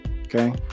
Okay